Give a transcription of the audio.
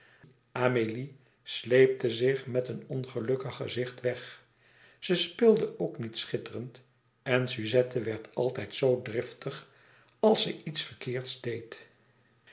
amélie sleepte zich met een ongelukkig gezicht weg ze speelde ook niet schitterend en suzette werd altijd zoo driftig als ze iets verkeerds deed